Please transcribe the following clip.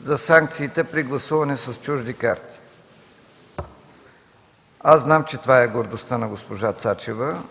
за санкциите при гласуване с чужди карти. Знам, че това е гордостта на госпожа Цачева